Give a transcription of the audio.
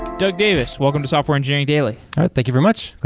doug davis, welcome to software engineering daily thank you very much.